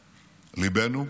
ליבנו,